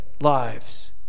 lives